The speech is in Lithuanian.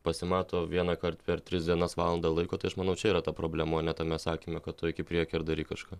pasimato vienąkart per tris dienas valandą laiko tai aš manau čia yra ta problemao ne tame sakyme kad tu eik į priekį ir daryk kažką